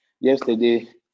Yesterday